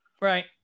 Right